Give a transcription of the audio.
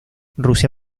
rusia